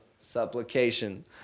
Supplication